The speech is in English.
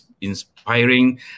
inspiring